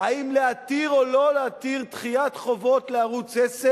אם להתיר או לא להתיר דחיית חובות לערוץ-10,